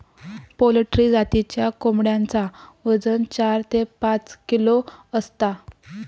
poultry जातीच्या कोंबड्यांचा वजन चार ते पाच किलो असता